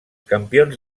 campions